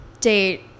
date